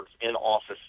in-office